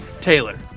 Taylor